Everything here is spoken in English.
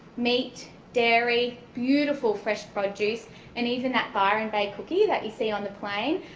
meat, dairy, beautiful fresh produce and even that byron bay cookie that you see on the plane,